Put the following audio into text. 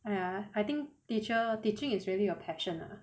!aiya! I think teacher teaching is really your passion lah